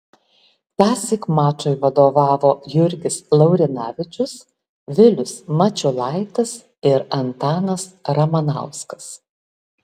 tąsyk mačui vadovavo jurgis laurinavičius vilius mačiulaitis ir antanas ramanauskas